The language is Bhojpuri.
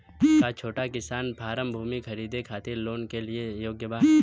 का छोटा किसान फारम भूमि खरीदे खातिर लोन के लिए योग्य बा?